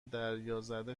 دریازده